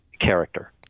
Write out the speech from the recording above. character